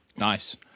Nice